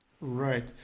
Right